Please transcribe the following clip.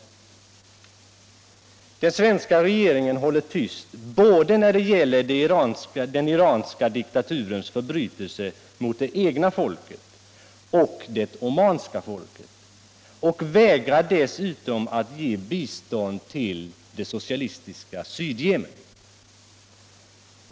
Om åtgärder med Den svenska regeringen håller tyst när det gäller den iranska dikta — anledning av turens förbrytelser både mot det egna folket och mot det omanska folket — dödsdomar i Iran och vägrar dessutom att ge bistånd till det socialistiska Sydjemen.